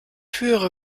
höhere